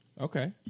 Okay